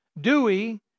Dewey